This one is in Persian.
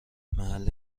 محل